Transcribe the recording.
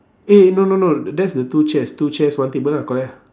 eh no no no that's the two chairs two chairs one table lah correct lah